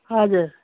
हजुर